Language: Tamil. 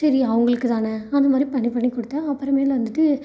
சரி அவங்களுக்கு தான அது மாதிரி பண்ணி பண்ணி கொடுத்தேன் அப்புறமேலு வந்துட்டு